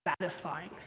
satisfying